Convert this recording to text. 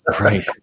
Right